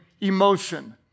emotion